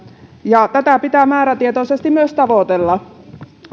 ja tätä pitää määrätietoisesti myös tavoitella